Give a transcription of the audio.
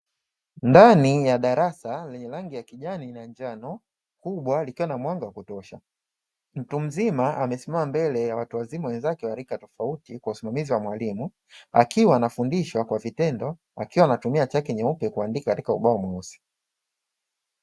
Ndani ya darasa lenye rangi ya kijani na njano, kubwa likiwa na mwanga wa kutosha. Mtu mzima amesimama mbele ya watu wazima wenzake wa rika tofauti kwa usimamizi wa mwalimu, akiwa anafundishwa kwa vitendo akiwa anatumia chaki nyeupe kuandika katika ubao mweusi.